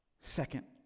second